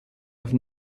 have